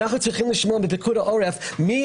אנחנו צריכים לשמוע מפיקוד העורף מי